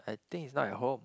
I think he's not at home